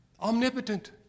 omnipotent